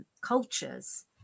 cultures